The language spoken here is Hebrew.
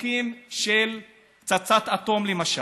החוקים של פצצת אטום, למשל.